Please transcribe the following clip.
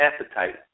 appetite